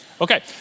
Okay